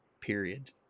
period